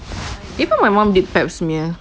ya even my mum did pap smear